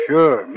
Sure